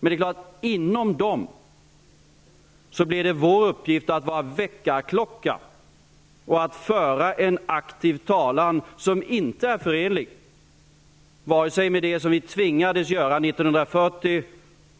Men det är klart att det inom dessa organ blir vår uppgift att fungera som en väckarklocka och föra en aktiv talan som inte är förenlig med det som vi tvingades göra 1940.